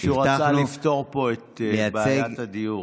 מישהו רצה לפתור פה את בעיית הדיור.